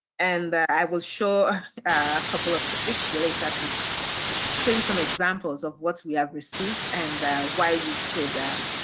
and i will show a couple of slides later to show show you some examples of what we have received and why we show them,